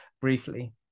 briefly